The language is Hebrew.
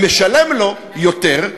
אני משלם לו יותר,